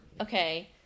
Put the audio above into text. okay